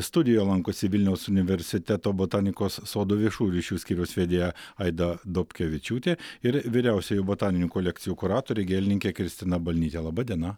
studijoje lankosi vilniaus universiteto botanikos sodo viešųjų ryšių skyriaus vedėja aida dobkevičiūtė ir vyriausioji botaninių kolekcijų kuratorė gėlininkė kristina balnytė laba diena